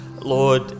Lord